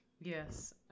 Yes